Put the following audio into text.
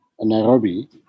Nairobi